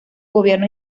gobierno